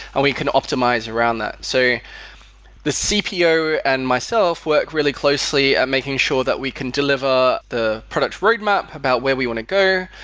and we can optimize around that. so the cpo and myself work really closely at making sure that we can deliver the product roadmap about where we want to go.